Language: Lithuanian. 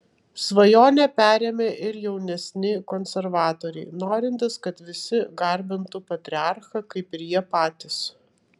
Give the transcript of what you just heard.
svajonę perėmė ir jaunesni konservatoriai norintys kad visi garbintų patriarchą kaip ir jie patys